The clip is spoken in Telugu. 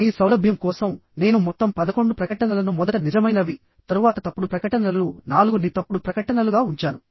మీ సౌలభ్యం కోసం నేను మొత్తం 11 ప్రకటనలను మొదట నిజమైనవి తరువాత తప్పుడు ప్రకటనలు 4ని తప్పుడు ప్రకటనలుగా ఉంచాను